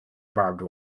barbed